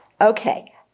Okay